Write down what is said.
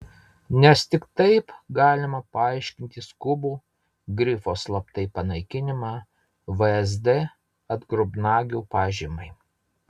nes tik taip galima paaiškinti skubų grifo slaptai panaikinimą vsd atgrubnagių pažymai